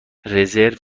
رزرو